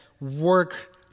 work